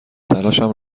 تلاشم